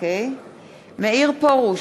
מאיר פרוש,